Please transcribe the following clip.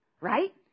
right